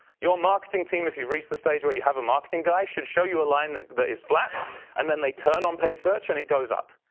your marketing team, if you've reached the stage where you have a marketing guy should show you a line that is flat and then they turn on page search and it goes up.